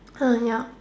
uh yup